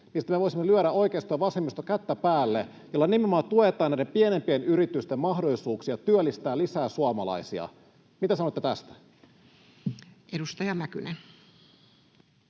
mistä me voisimme lyödä, oikeisto ja vasemmisto, kättä päälle? Tällä nimenomaan tuetaan näiden pienempien yritysten mahdollisuuksia työllistää lisää suomalaisia. Mitä sanotte tästä? [Speech